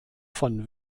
von